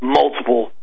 multiple